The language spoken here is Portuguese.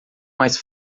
mais